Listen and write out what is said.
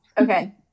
Okay